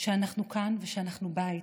שאנחנו כאן ושאנחנו בית.